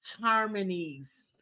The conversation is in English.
harmonies